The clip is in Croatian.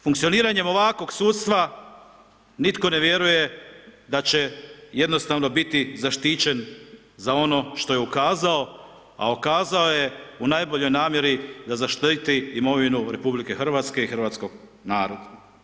Funkcioniranjem ovakvog sudstva nitko ne vjeruje da će jednostavno biti zaštićen za ono što je ukazao, a ukazao je u najboljoj namjeri da zaštiti imovinu RH i hrvatskog naroda.